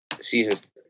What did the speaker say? seasons